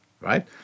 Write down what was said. right